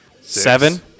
Seven